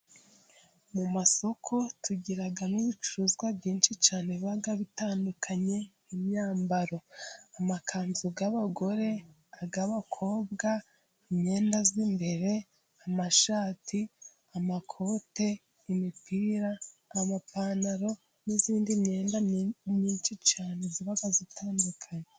Mu masoko tugira n'ibicuruzwa byinshi cyane biba bitandukanye nk'imyambaro amakanzu yabagore, ay'abakobwa, imyenda y'imbere ,amashati, amakote ,imipira, amapantaro, n'indi myenda ni myinshi cyane iba itandukanye.